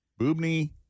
boobney